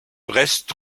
brest